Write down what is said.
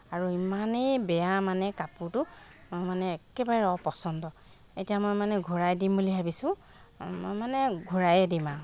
আৰু ইমানেই বেয়া মানে কাপোৰটো তাৰমানে একেবাৰে অপচন্দ এতিয়া মই মানে ঘূৰাই দিম বুলি ভাবিছোঁ মানে ঘূৰায়ে দিম আৰু